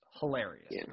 hilarious